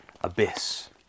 abyss